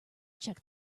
check